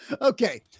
Okay